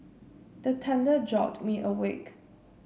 the thunder jolt me awake